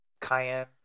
Cayenne